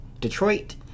Detroit